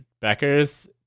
Beckers